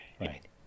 right